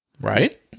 Right